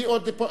מי עוד פה?